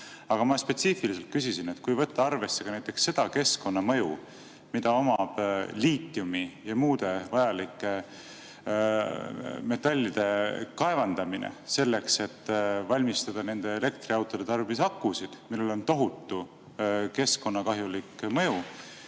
küsisin spetsiifiliselt selle kohta, kui võtta arvesse ka näiteks seda keskkonnamõju, mis on liitiumi ja muude vajalike metallide kaevandamisel selleks, et valmistada elektriautode tarbeks akusid, millel on tohutu keskkonnakahjulik mõju.